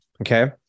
okay